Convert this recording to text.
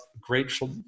Grateful